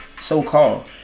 so-called